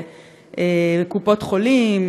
בקופות חולים,